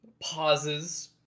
pauses